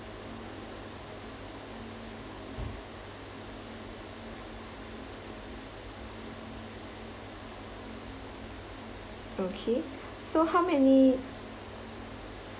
okay so how many